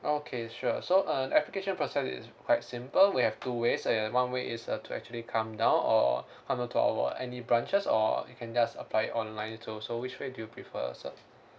okay sure so uh application process is quite simple we have two ways uh one way is uh to actually come down or come over to our any branches or you can just apply it online too so which way do you prefer sir